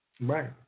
Right